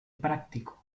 práctico